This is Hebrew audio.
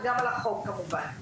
וגם כמובן על החוק.